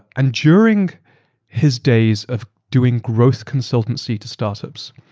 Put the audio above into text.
and during his days of doing growth consultancy to startups,